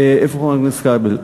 איפה חבר הכנסת כבל?